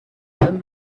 them